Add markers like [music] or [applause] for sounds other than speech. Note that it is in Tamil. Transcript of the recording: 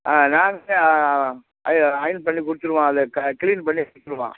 ஆ நாங்களே அதை [unintelligible] பண்ணி கொடுத்துருவோம் அதை க்ளீன் பண்ணி கொடுத்துருவோம்